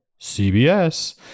CBS